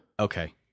Okay